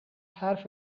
حرف